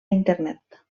internet